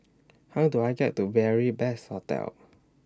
How Do I get to Beary Best Hostel